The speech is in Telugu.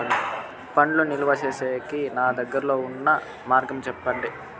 పండ్లు నిలువ సేసేకి నాకు దగ్గర్లో ఉన్న మార్గం చెప్పండి?